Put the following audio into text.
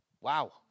Wow